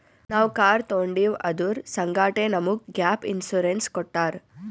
ನಾವ್ ಕಾರ್ ತೊಂಡಿವ್ ಅದುರ್ ಸಂಗಾಟೆ ನಮುಗ್ ಗ್ಯಾಪ್ ಇನ್ಸೂರೆನ್ಸ್ ಕೊಟ್ಟಾರ್